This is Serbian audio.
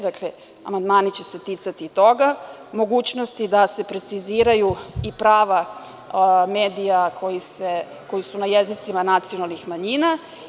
Dakle, amandmani će se ticati i toga, mogućnosti da se preciziraju i prava medija koji su na jezicima nacionalnih manjina.